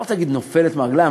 אני לא רוצה להגיד נופלת מהרגליים,